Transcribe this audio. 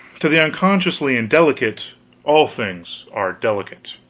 to the unconsciously indelicate all things are delicate.